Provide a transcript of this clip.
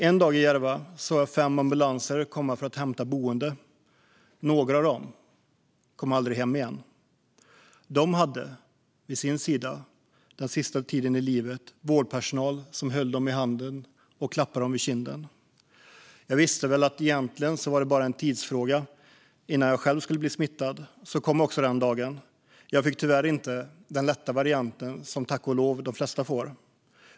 En dag i Järva såg jag fem ambulanser komma för att hämta boende. Några av dem kom aldrig hem igen. De hade under sin sista tid i livet vårdpersonal vid sin sida som höll dem i handen och klappade dem på kinden. Jag visste att det egentligen var bara en tidsfråga innan jag själv skulle bli smittad. Så kom också den dagen. Jag fick tyvärr inte den lätta varianten, som tack och lov de flesta får.